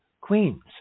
Queens